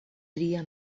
tria